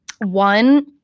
one